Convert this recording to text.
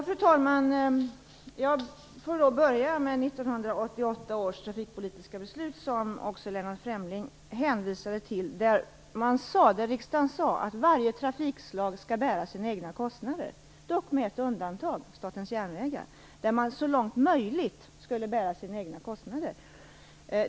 Fru talman! Jag får då börja med 1988 års trafikpolitiska beslut, som också Lennart Fremling hänvisade till, där riksdagen sade att varje trafikslag skall bära sina egna kostnader, dock med ett undantag - Statens järnvägar, som så långt möjligt skulle bära sina egna kostnader.